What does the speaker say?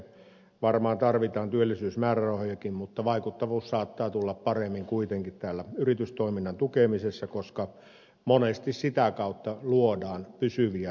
varmaan tarvitaan työllisyysmäärärahojakin mutta vaikuttavuus saattaa tulla paremmin kuitenkin täällä yritystoiminnan tukemisessa koska monesti sitä kautta luodaan pysyviä työpaikkoja